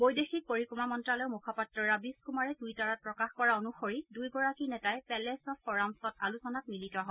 বৈদেশিক পৰিক্ৰমা মন্ত্ৰালয়ৰ মুখপাত্ৰ ৰৱিশ কুমাৰে টুইটাৰত প্ৰকাশ কৰা অনুসৰি দুয়োগৰাকী নেতাই পেলেচ অব ফ'ৰামছত আলোচনাত মিলিত হয়